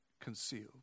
concealed